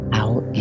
out